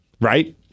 Right